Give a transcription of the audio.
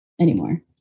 anymore